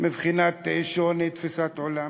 מבחינת שוני תפיסת עולם,